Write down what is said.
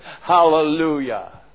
Hallelujah